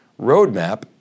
roadmap